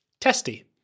Testy